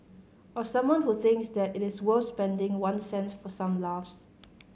or someone who thinks that it is worth spending one cent for some laughs